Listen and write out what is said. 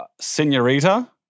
Senorita